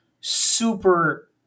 super